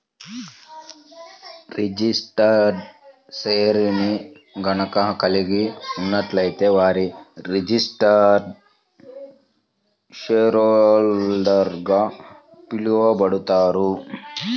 registered షేర్ని గనక కలిగి ఉన్నట్లయితే వారు రిజిస్టర్డ్ షేర్హోల్డర్గా పిలవబడతారు